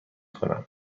کنم